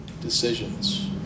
decisions